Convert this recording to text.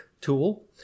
tool